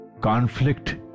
Conflict